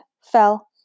fell